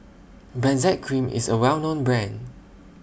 Benzac Cream IS A Well known Brand